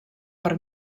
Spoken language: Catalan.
per